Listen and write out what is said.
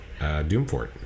Doomfort